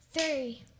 three